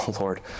Lord